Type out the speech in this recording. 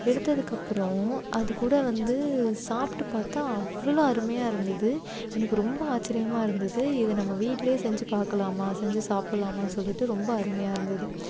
எடுத்ததுக்கு அப்புறோம் அதுகூட வந்து சாப்பிட்டு பார்த்தா அவ்வளோ அருமையாக இருந்தது எனக்கு ரொம்ப ஆச்சிரியமாக இருந்தது இது நம்ப வீட்டிலே செஞ்சு பார்க்கலாமா செஞ்சு சாப்பிடலாமா சொல்லிவிட்டு ரொம்ப அருமையாக இருந்துது